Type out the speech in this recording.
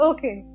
Okay